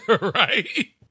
right